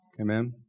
Amen